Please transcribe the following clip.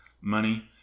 money